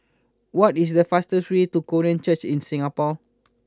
What is the fastest way to Korean Church in Singapore